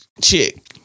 chick